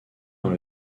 dans